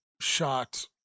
shot